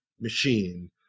machine